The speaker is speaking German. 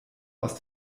aus